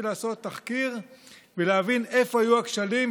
לעשות תחקיר ולהבין איפה היו הכשלים,